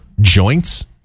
joints